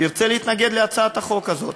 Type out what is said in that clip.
ירצה להתנגד להצעת החוק הזו.